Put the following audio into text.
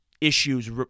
issues